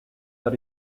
that